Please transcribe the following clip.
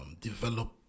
develop